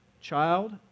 child